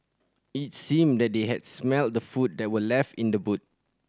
it seemed that they had smelt the food that were left in the boot